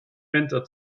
winter